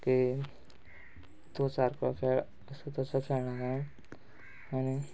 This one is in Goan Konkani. की तूं सारको खेळ असो तसो खेळनाका आनी